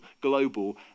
global